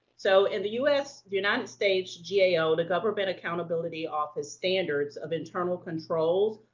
so in the us, united states gao, the government accountability office standards of internal controls,